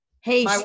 Hey